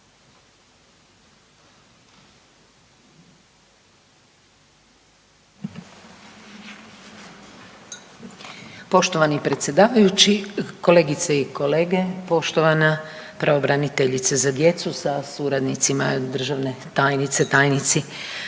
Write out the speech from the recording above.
Poštovani predsjedavajući, kolegice i kolege, poštovana pravobraniteljice za djecu sa suradnicima, državne tajnice, tajnici.